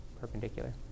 perpendicular